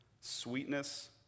sweetness